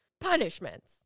Punishments